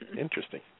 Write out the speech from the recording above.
Interesting